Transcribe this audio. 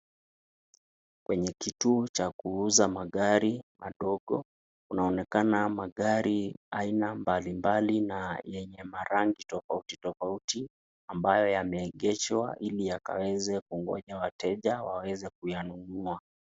Kwenye ituo cha kuuza magari amdogo kuna onekana magari ya aina tofauti tofauti ya rangi tofauti tofauti, amabyo yameegeshwa yaweza kungoja wateja waweze kuyanunua.